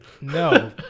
no